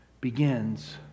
begins